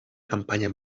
campanya